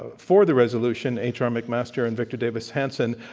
ah for the resolution, h. r. mcmaster and victor davis hanson,